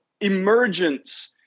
Emergence